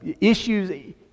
issues